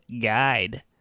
GUIDE